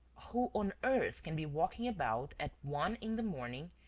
who on earth can be walking about, at one in the morning,